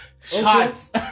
Shots